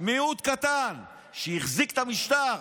מיעוט קטן שהחזיק את המשטר.